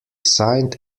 signed